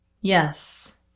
Yes